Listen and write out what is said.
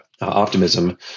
optimism